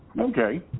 Okay